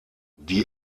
die